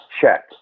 Check